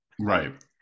Right